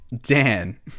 Dan